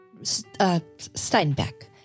Steinbeck